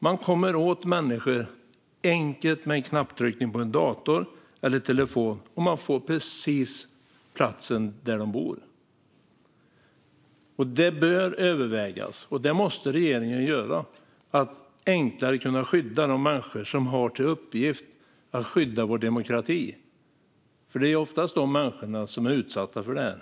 Man kommer åt människor enkelt. Med en knapptryckning på en dator eller en telefon får man precis platsen där de bor. Det bör övervägas - och det måste regeringen göra - att enklare kunna skydda de människor som har till uppgift att skydda vår demokrati. Det är nämligen oftast de människorna som är utsatta för detta.